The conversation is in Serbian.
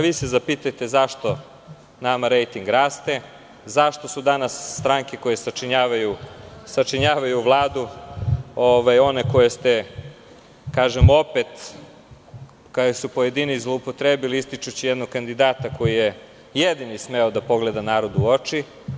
Vi se zapitajte zašto nama rejting raste, zašto su danas stranke koje sačinjavaju vladu one koje su, opet, pojedini zloupotrebili ističući jednog kandidata koji je jedini smeo da pogleda narodu u oči?